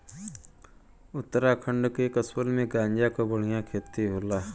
उत्तराखंड के कसोल में गांजा क बढ़िया खेती होला